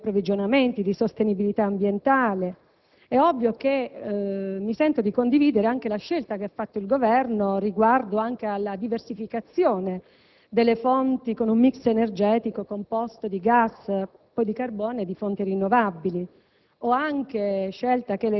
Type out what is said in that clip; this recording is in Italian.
Si parla anche di sicurezza negli approvvigionamenti e di sostenibilità ambientale. Mi sento di condividere la scelta del Governo riguardo alla diversificazione delle fonti, con un *mix* energetico composto di gas, di carbone e di fonti rinnovabili,